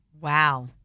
Wow